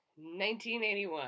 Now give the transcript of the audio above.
1981